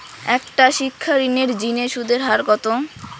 একটা শিক্ষা ঋণের জিনে সুদের হার কত?